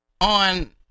on